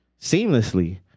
seamlessly